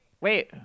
wait